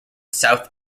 south